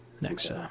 next